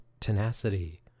tenacity